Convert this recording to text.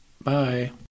bye